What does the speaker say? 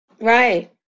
Right